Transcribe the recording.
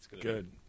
Good